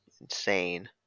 insane